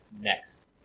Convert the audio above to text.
next